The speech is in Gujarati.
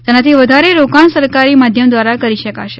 તેનાથી વધારે રોકાણ સરકારી માધ્યમદ્રારા કરી શકાશે